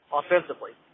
offensively